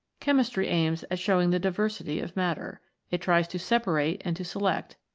chemistry aims at showing the diversity of matter. it tries to separate and to select,